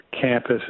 campus